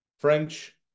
French